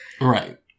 Right